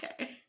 Okay